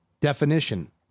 definition